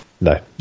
No